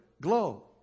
Glow